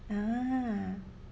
ah